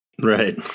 Right